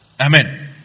Amen